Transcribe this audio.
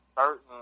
certain